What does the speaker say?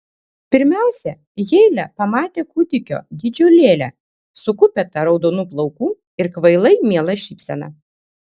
pirmiausia heile pamatė kūdikio dydžio lėlę su kupeta raudonų plaukų ir kvailai miela šypsena